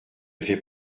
fait